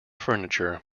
furniture